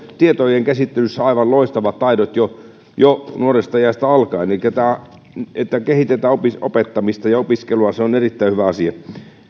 tietojenkäsittelyssä aivan loistavat taidot jo jo nuoresta iästä alkaen tämä että kehitetään opettamista ja opiskelua on erittäin hyvä asia